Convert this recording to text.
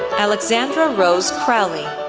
alexandra rose crowley,